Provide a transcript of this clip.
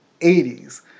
80s